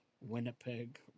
winnipeg